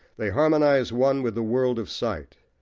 they harmonise one with the world of sight.